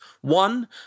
one